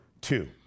two